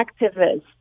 activists